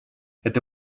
это